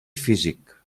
físic